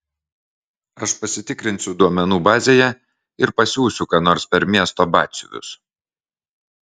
aš pasitikrinsiu duomenų bazėje ir pasiųsiu ką nors per miesto batsiuvius